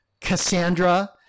Cassandra